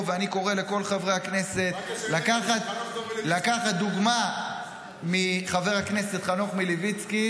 ואני קורא לכל חברי הכנסת לקחת דוגמה מחבר הכנסת חנוך מלביצקי,